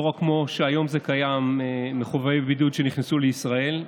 ולא כמו שזה קיים היום רק על מחויבי בידוד שנכנסו לישראל.